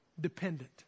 Dependent